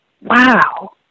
Wow